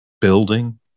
building